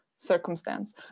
circumstance